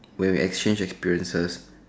when we exchange experiences